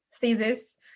thesis